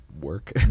work